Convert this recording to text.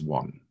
one